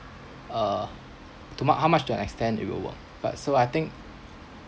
(uh)to mark how much to extend it will work but so I think